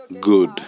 good